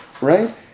Right